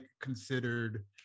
considered